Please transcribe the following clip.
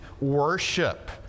worship